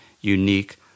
unique